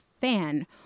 fan